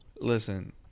Listen